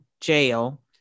jail